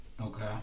Okay